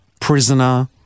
Prisoner